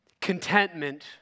Contentment